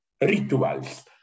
rituals